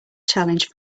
challenge